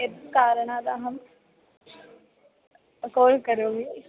यद् कारणाद् अहं कोल् करोमि